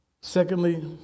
Secondly